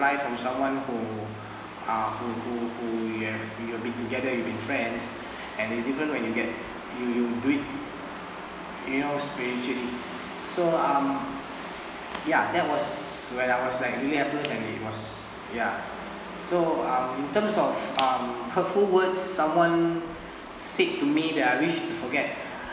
~ply from someone who uh who who who you have you have been together you have been friends and is different when you get you you do it you know spiritually so um ya that was when I was like really helpless and it was ya so um in terms of um hurtful words someone said to me that I wish to forget